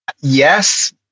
Yes